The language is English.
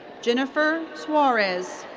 jennifer suarez.